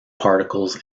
particles